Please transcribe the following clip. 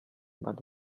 but